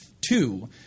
two